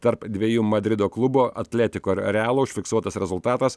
tarp dviejų madrido klubo atletiko ir realo užfiksuotas rezultatas